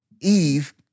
Eve